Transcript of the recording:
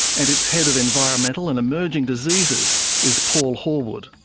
and its head of environmental and emerging diseases is paul horwood.